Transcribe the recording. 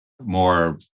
more